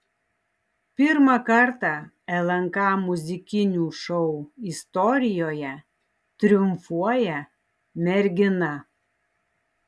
pirmą kartą lnk muzikinių šou istorijoje triumfuoja mergina